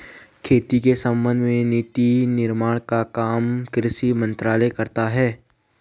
खेती के संबंध में नीति निर्माण का काम कृषि मंत्रालय करता है